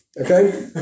Okay